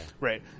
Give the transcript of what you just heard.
right